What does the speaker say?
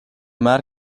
مرگ